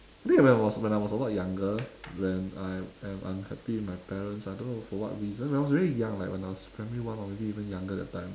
maybe when I was when I was a lot younger when I'm when I'm happy with my parents I don't know for what reason I was very young like when I was primary one or maybe even younger that time